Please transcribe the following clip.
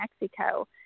Mexico